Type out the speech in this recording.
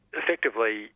effectively